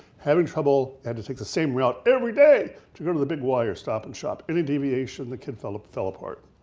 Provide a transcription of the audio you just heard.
having trouble, having and to take the same route everyday to go to the big y or stop and shop, and deviation the kid fell fell apart.